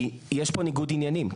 כי יש פה ניגוד עניינים,